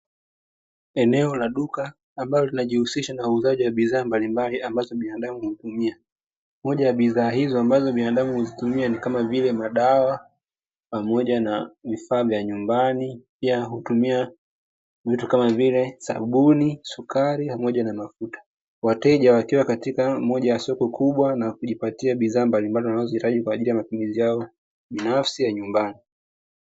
Eneo la duka ambalo linajihusisha na uuzaji wa bidhaa mbalimbali ambazo binadamu huzitumia. Moja ya bidhaa hizo ambazo binadamu huzitumia ni kama vile madawa pamoja na vifaa vya nyumbani; pia hutumia vitu kama vile: sabuni, sukari pamoja na mafuta. Wateja wakiwa katika moja ya soko kubwa na kujipatia bidhaa mbalimbali wanazozihitaji, kwa ajili ya matumizi yao binafsi ya nyumbani.